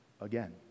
again